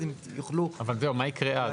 מה יקרה אז?